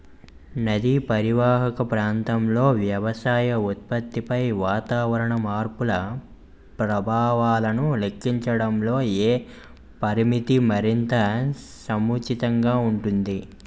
నదీ పరీవాహక ప్రాంతంలో వ్యవసాయ ఉత్పత్తిపై వాతావరణ మార్పుల ప్రభావాలను లెక్కించడంలో ఏ పరామితి మరింత సముచితంగా ఉంటుంది?